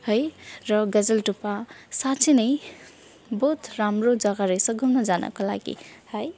है र गजलडुब्बा साँच्चै नै बहुत राम्रो जग्गा रहेछ घुम्न जानको लागि है